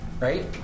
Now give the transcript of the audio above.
right